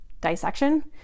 dissection